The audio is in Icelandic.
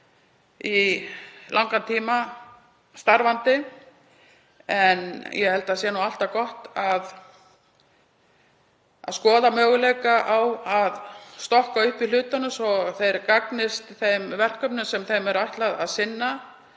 í langan tíma. En ég held að það sé alltaf gott að skoða möguleika á að stokka upp hluti svo að þeir gagnist þeim verkefnum sem þeim er ætlað að sinna